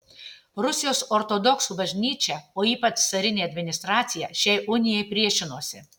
rusijos ortodoksų bažnyčia o ypač carinė administracija šiai unijai priešinosi